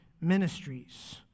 ministries